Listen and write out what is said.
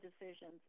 decisions